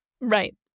Right